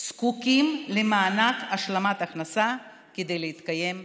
זקוקים למענק השלמת הכנסה כדי להתקיים בכבוד.